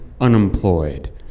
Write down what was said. unemployed